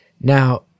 Now